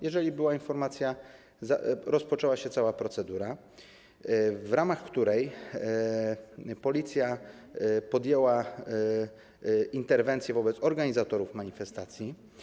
Jeżeli była informacja, rozpoczęła się cała procedura, w ramach której policja podjęła interwencję wobec organizatorów manifestacji.